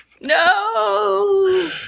No